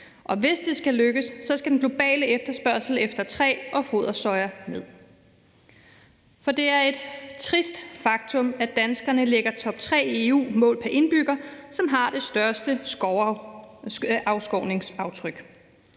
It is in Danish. Hvis det skal lykkes, skal den globale efterspørgsel efter træ og fodersoja ned. Det er et trist faktum, at danskerne målt pr. indbygger ligger i toptre over dem i EU, som har det største afskovningsaftryk.